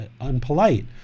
unpolite